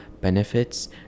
benefits